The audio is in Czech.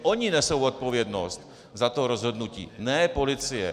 Protože oni nesou odpovědnost za to rozhodnutí, ne policie.